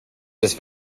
this